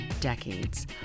decades